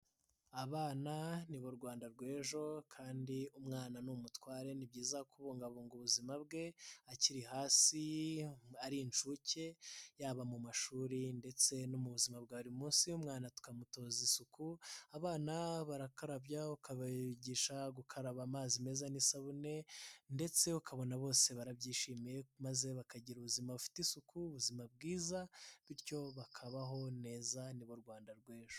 Abana ni bo Rwanda rw'ejo kandi umwana n'umutware. Ni byiza kubungabunga ubuzima bwe akiri hasi, ari incuke yaba mu mashuri ndetse no mu buzima bwa buri munsi. Umwana tukamutoza isuku, abana barakarabywa, ukabigisha gukaraba amazi meza n'isabune ndetse ukabona bose barabyishimiye, maze bakagira ubuzima bufite isuku, ubuzima bwiza bityo bakabaho neza ni bo Rwanda rw'ejo.